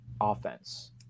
offense